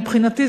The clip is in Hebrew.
מבחינתי,